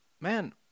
man –